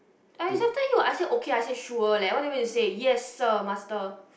I accepted you I said okay I said sure leh what did you want me to say yes sir master